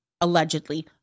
allegedly